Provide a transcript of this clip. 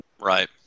Right